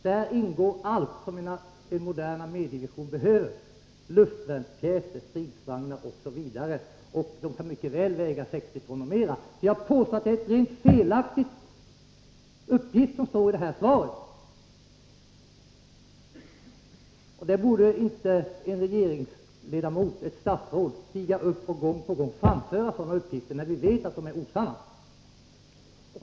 Där ingår allt som en modern armédivision har — luftvärnspjäser, stridsvagnar osv. — och vikten kan mycket väl vara 60 ton och mer. Jag påstår att det är en rent felaktig uppgift i svaret. Ett statsråd borde inte stiga upp gång på gång och framföra sådana uppgifter, när vi vet att de är osanna.